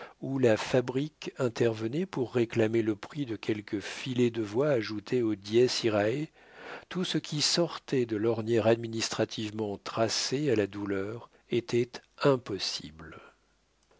où la fabrique intervenait pour réclamer le prix de quelques filets de voix ajoutées au dies iræ tout ce qui sortait de l'ornière administrativement tracée à la douleur était impossible